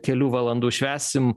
kelių valandų švęsim